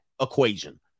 equation